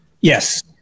Yes